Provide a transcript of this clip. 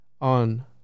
on